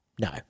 no